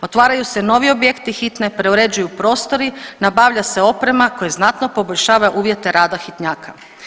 Otvaraju se novi objekti hitne, preuređuju prostori, nabavlja se oprema koja znatno poboljšava uvjete rada hitnjaka.